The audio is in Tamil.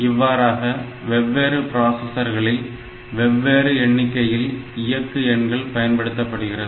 இவ்வாறாக வெவ்வேறு பிராசசர்களில் வெவ்வேறு எண்ணிக்கையில் இயக்கு எண்கள் பயன்படுத்தப்படுகிறது